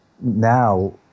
now